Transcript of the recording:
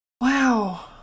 wow